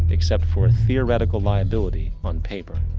except for a theoratical liability on paper.